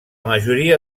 majoria